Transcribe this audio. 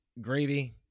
gravy